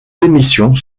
émissions